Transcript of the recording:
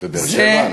בבאר-שבע?